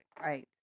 right